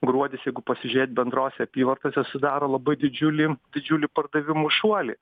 gruodis jeigu pasižiūrėt bendrose apyvartose sudaro labai didžiulį didžiulį pardavimų šuolį